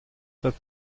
der